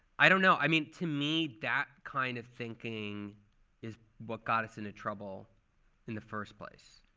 i don't know. i mean, to me, that kind of thinking is what got us into trouble in the first place.